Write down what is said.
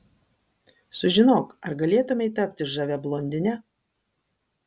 sužinok ar galėtumei tapti žavia blondine